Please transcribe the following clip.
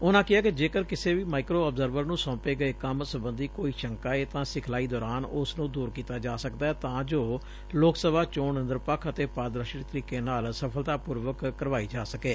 ਉਨਾਂ ਕਿਹਾ ਕਿ ਜੇਕਰ ਕਿਸੇ ਵੀ ਮਾਈਕ੍ਰੋ ਅਬਜ਼ਰਵਰ ਨੂੰ ਸੌਂਪੇ ਗਏ ਕੰਮ ਸਬੰਧੀ ਕੋਈ ਸ਼ੰਕਾ ਏ ਤਾਂ ਸਿਖਲਾਈ ਦੌਰਾਨ ਊਸਨੂੰ ਦੂਰ ਕੀਤਾ ਜਾ ਸਕਦੈ ਤਾਂ ਜੋ ਲੋਕ ਸਭਾ ਚੋਣ ਨਿਰਪੱਖ ਅਤੇ ਪਾਰਦਰਸ਼ੀ ਤਰੀਕੇ ਨਾਲ ਸਫ਼ਲਤਾਪੁਰਵਕ ਕਰਵਾਈ ਜਾ ਸਕੇ